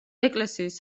ეკლესიის